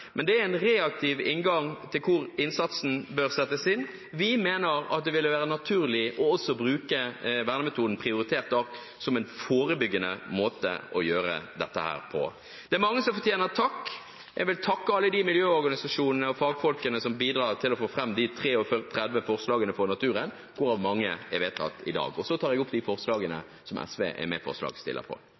men det er en reaktiv inngang til hvor innsatsen bør settes inn. Vi mener det ville være naturlig også å bruke vernemetoden prioritert art som en forebyggende måte å gjøre dette på. Det er mange som fortjener takk. Jeg vil takke alle de miljøorganisasjonene og fagfolkene som har bidratt til å få fram de 33 forslagene for naturen, hvorav mange blir vedtatt i dag. Så tar jeg opp de forslagene der SV er